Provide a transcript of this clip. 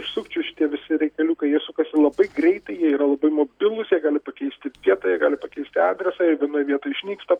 sukčių šitie visi reikaliukai jie sukasi labai greitai jie yra labai mobilūs jie gali pakeisti vietą jie gali pakeisti adresą ir vienoj vietoj išnyksta